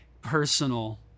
personal